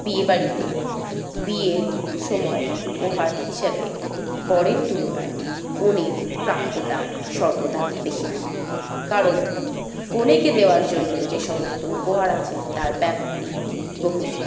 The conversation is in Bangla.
বিয়েবাড়িতে বিয়ের সময় উপহার হিসাবে বরের তুলনায় কনের প্রাপ্যটা সর্বদা বেশি থাকে কারণ কনেকে দেওয়ার জন্য যে সমস্ত উপহার আছে তার ব্যাপ্তি বহুদূর